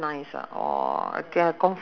ah it's called deanna's kitchen ah